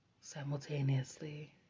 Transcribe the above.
simultaneously